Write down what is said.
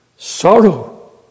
Sorrow